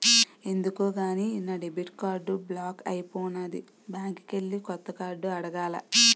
ఎందుకో గాని నా డెబిట్ కార్డు బ్లాక్ అయిపోనాది బ్యాంకికెల్లి కొత్త కార్డు అడగాల